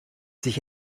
sich